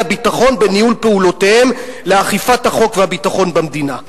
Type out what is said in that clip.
הביטחון בניהול פעולותיהם לאכיפת החוק והביטחון במדינה".